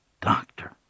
Doctor